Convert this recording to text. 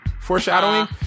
Foreshadowing